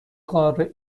قاره